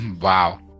Wow